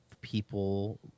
people